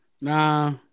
Nah